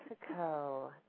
Mexico